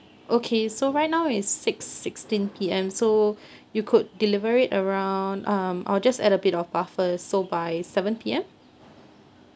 okay so right now it's six sixteen P_M so you could deliver it around um I'll just add a bit of buffer so by seven P_M